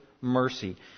mercy